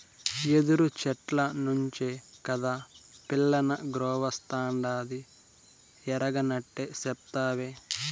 యెదురు చెట్ల నుంచే కాదా పిల్లనగ్రోవస్తాండాది ఎరగనట్లే సెప్తావే